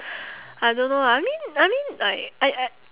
I don't know lah I mean I mean like I uh